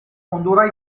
honduras